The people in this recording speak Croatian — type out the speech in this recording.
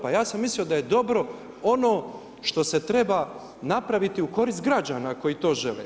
Pa ja sam mislio da je dobro ono što se treba napraviti u korist građana koji to žele.